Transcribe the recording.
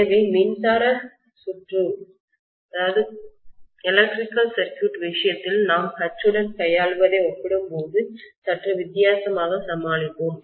எனவே மின்சார சுற்று விஷயத்தில் நாம் H உடன் கையாள்வதை ஒப்பிடும்போது சற்று வித்தியாசமாக சமாளிப்போம்